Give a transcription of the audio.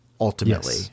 ultimately